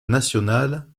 nationale